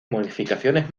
modificaciones